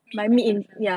meat consumption